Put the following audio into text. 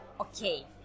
okay